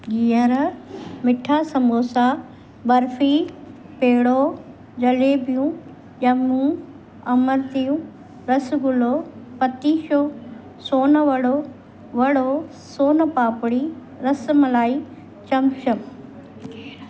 गिहरु मीठा सबोसा बर्फ़ी पेड़ो जलेबियूं ॼमू अमरतियूं रसगुल्लो पतीशो सोन वड़ो वड़ो सोन पापड़ी रस मलाई चमचम